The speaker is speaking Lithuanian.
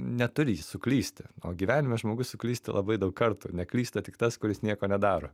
neturi jis suklysti o gyvenime žmogus suklysta labai daug kartų neklysta tik tas kuris nieko nedaro